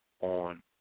on